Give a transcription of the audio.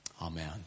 Amen